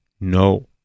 No